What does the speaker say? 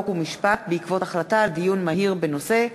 חוק ומשפט בעקבות דיון מהיר בנושא: